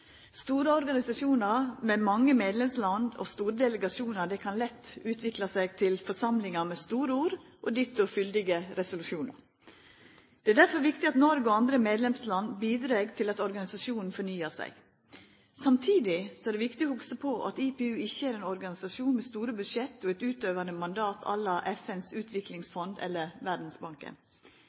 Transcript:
Store organisasjonar med mange medlemsland og store delegasjonar kan lett utvikla seg til forsamlingar med store ord og ditto fyldige resolusjonar. Det er derfor viktig at Noreg og andre medlemsland bidreg til at organisasjonen fornyar seg. Samtidig er det viktig å hugsa på at IPU ikkje er ein organisasjon med store budsjett og eit utøvande mandat à la FNs utviklingsfond eller Verdsbanken.